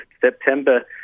September